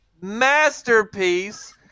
masterpiece